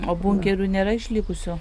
o bunkerių nėra išlikusių